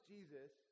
Jesus